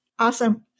Awesome